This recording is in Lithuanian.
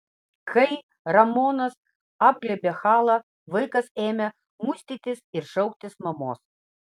kai ramonas apglėbė halą vaikas ėmė muistytis ir šauktis mamos